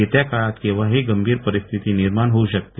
येत्या काळात केव्हाही गंभीर परिस्थिती निर्माण होऊ शकते